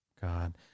God